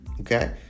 Okay